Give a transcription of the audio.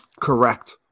Correct